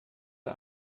der